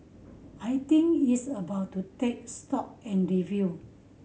I think it's about to take stock and review